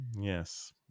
Yes